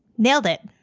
nailed it.